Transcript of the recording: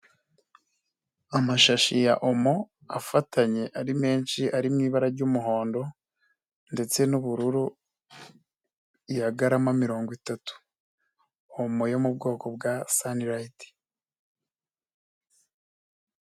Amashashi ya omo afatanye ari menshi ari mu ibara ry'umuhondo ndetse n'ubururu yagarama mirongo itatu, omo yo mu bwoko bwa sanirayiti.